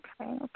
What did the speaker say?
okay